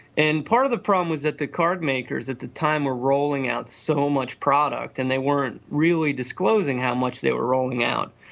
and part of the problem is that the card makers at the time were rolling out so much product and they weren't really disclosing how much they were rolling out,